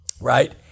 right